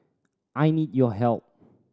I need your help